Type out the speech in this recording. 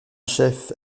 chef